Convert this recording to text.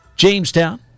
Jamestown